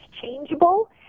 changeable